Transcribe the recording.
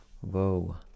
Whoa